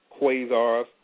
quasars